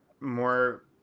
more